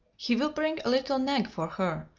he will bring a little nag for her,